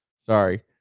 Sorry